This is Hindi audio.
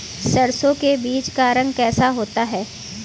सरसों के बीज का रंग कैसा होता है?